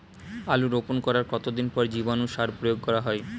আলু রোপণ করার কতদিন পর জীবাণু সার প্রয়োগ করা হয়?